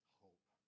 hope